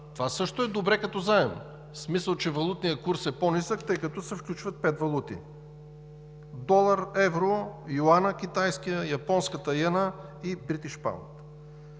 Това също е добре като заем – в смисъл, че валутният курс е по-нисък, тъй като се включват пет валути – долар, евро, китайският юан, японската йена и бритиш паунд.